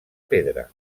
pedra